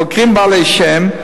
חוקרים בעלי שם,